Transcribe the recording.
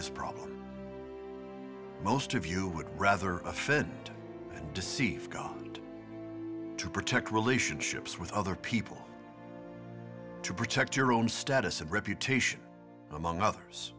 this problem most of you would rather offend and deceive god to protect relationships with other people to protect your own status of reputation among others